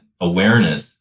awareness